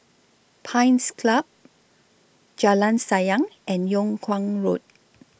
Pines Club Jalan Sayang and Yung Kuang Road